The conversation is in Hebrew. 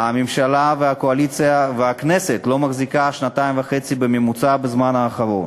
הממשלה והקואליציה והכנסת לא מחזיקות שנתיים וחצי בממוצע בזמן האחרון.